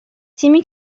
تیمی